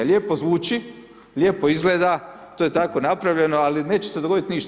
Lijepo zvuči, lijepo izgleda, to je tako napravljeno ali neće se dogoditi ništa.